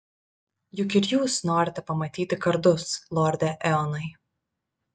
juk ir jūs norite pamatyti kardus lorde eonai